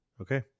Okay